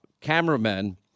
cameramen